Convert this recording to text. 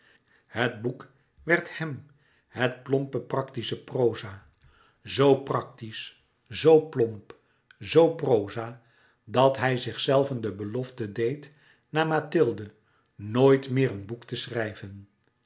het boek werd hem het plompe practische proza zoo practisch zo plomp z proza dat hij zichzelven de belofte deed na mathilde nooit meer een boek te schrijven